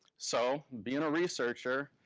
so being a researcher,